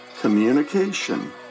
Communication